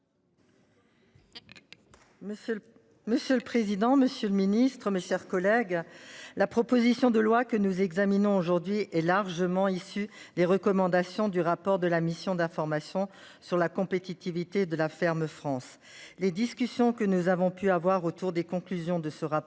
monsieur le président, Monsieur le Ministre, mes chers collègues. La proposition de loi que nous examinons aujourd'hui est largement issu les recommandations du rapport de la mission d'information sur la compétitivité de la ferme France. Les discussions que nous avons pu avoir autour des conclusions de ce rapport